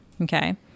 Okay